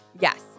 Yes